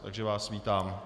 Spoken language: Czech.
Takže vás vítám.